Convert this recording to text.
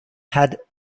had